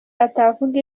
atavuga